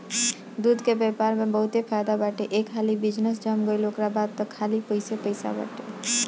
दूध के व्यापार में बहुते फायदा बाटे एक हाली बिजनेस जम गईल ओकरा बाद तअ खाली पइसे पइसे बाटे